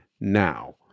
now